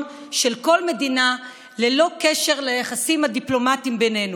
של כל מדינה ללא קשר ליחסים הדיפלומטים בינינו.